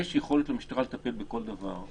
יש יכולת למשטרה לטפל בכל דבר.